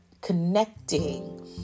connecting